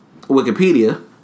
Wikipedia